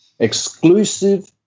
exclusive